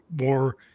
more